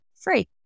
free